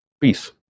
Peace